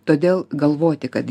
todėl galvoti kad